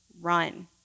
run